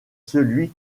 celui